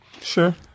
Sure